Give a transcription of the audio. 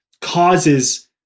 causes